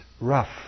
rough